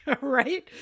right